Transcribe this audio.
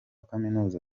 kaminuza